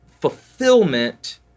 fulfillment